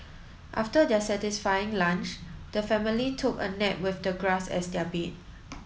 after their satisfying lunch the family took a nap with the grass as their bed